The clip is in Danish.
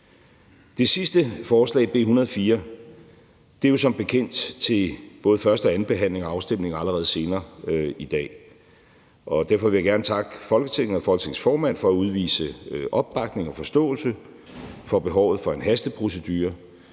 Det sidste forslag, B 104, er jo som bekendt til både første og anden behandling og afstemning allerede senere i dag, og derfor vil jeg gerne takke Folketinget og Folketingets formand for at give opbakning og udvise forståelse for behovet for en hasteprocedure